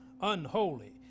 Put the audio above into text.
unholy